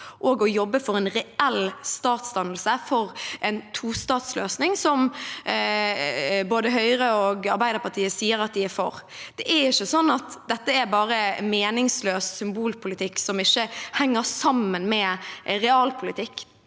og å jobbe for en reell statsdannelse, for en tostatsløsning, noe som både Høyre og Arbeiderpartiet sier at de er for. Det er ikke sånn at dette bare er meningsløs symbolpolitikk som ikke henger sammen med realpolitikk.